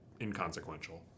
inconsequential